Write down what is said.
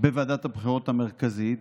בוועדת הבחירות המרכזית,